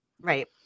right